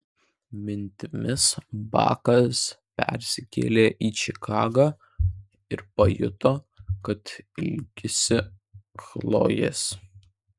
mintimis bakas persikėlė į čikagą ir pajuto kad ilgisi chlojės